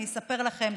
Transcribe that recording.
אני אספר לכם,